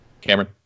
Cameron